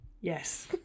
Yes